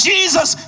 Jesus